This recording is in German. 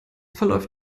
verläuft